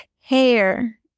hair